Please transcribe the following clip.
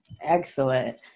Excellent